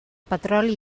petroli